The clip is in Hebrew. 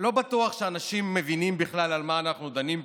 לא בטוח שאנשים מבינים בכלל על מה אנחנו דנים פה,